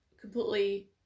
completely